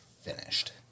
finished